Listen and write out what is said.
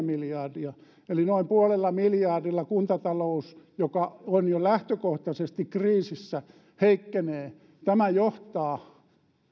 miljardia eli noin puolella miljardilla kuntatalous joka on jo lähtökohtaisesti kriisissä heikkenee tämä johtaa